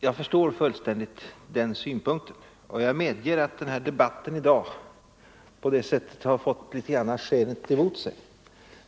Jag förstår fullständigt den synpunkten, och jag medger att den här debatten i dag på det sättet i någon mån har fått skenet emot sig.